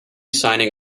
signing